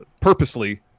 purposely